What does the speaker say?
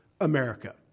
America